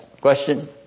Question